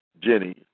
Jenny